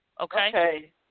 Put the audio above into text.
Okay